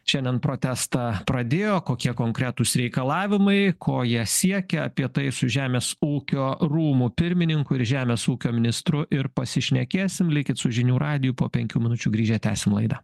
šiandien protestą pradėjo kokie konkretūs reikalavimai ko jie siekia apie tai su žemės ūkio rūmų pirmininku ir žemės ūkio ministru ir pasišnekėsim likit su žinių radiju po penkių minučių grįžę tęsim laidą